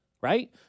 right